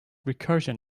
recursion